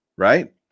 Right